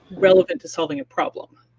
relevant to solving a problem.